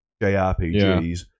JRPGs